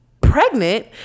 pregnant